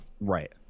Right